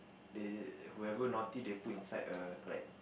they whoever naughty they put inside a like